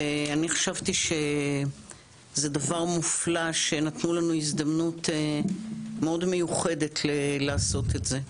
אני חשבתי שזה דבר מופלא שנתנו לנו הזדמנות מאוד מיוחדת לעשות את זה.